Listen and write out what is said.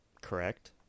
Correct